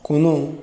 কোনো